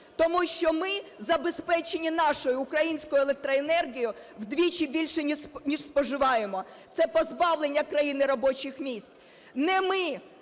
Тому що ми забезпечені нашою, українською, електроенергією вдвічі більше, ніж споживаємо. Це позбавлення країни робочих місць. Не ми,